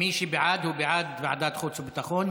מי שבעד הוא בעד ועדת חוץ וביטחון,